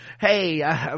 hey